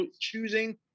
choosing